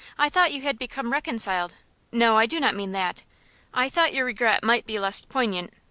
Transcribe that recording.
i thought you had become reconciled no, i do not mean that i thought your regret might be less poignant.